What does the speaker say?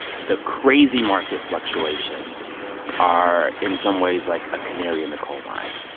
the crazy market fluctuations are, in some ways, like a canary in the coal mine.